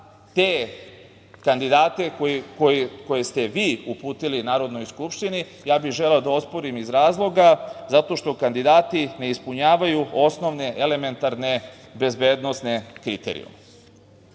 te kandidate koje ste vi uputili Narodnoj skupštini, ja bih želeo da osporim iz razloga zato što kandidati ne ispunjavaju osnovne elementarne bezbednosne kriterijume.